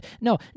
no